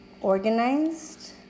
organized